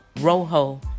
Rojo